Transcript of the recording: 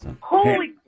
Holy